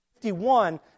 51